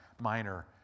Minor